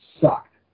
sucked